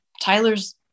Tyler's